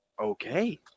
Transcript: Okay